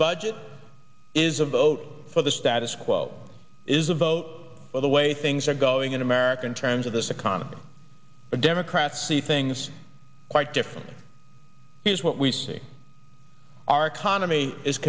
budget is a vote for the status quo is a vote the way things are going in america in terms of this economy the democrats see things quite differently here's what we see our economy is